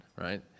right